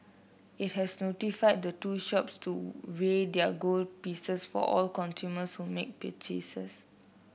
it has notified the two shops to weigh their gold pieces for all consumers who make purchases